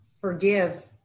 forgive